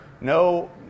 No